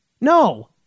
No